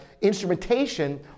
instrumentation